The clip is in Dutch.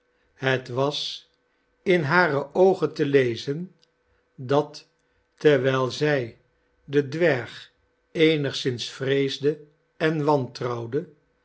het was in hare oogen te lezen dat terwijl zij den dwerg eenigszins vreesde en wantrouwde